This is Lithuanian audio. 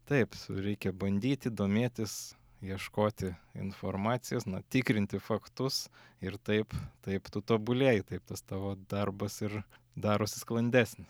taip reikia bandyti domėtis ieškoti informacijos tikrinti faktus ir taip taip tu tobulėji taip tas tavo darbas ir darosi sklandesnis